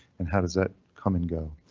and how does that come and go?